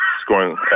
scoring